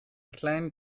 kleinen